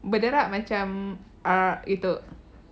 berderak macam err itu